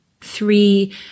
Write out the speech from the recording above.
three